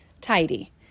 tidy